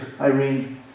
Irene